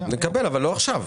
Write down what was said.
נקבל אבל לא עכשיו.